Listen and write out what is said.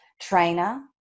trainer